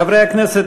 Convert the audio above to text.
חברי הכנסת,